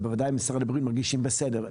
ובוודאי משרד הבריאות מרגיש בסדר,